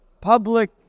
public